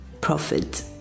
profit